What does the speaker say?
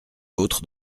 d’autre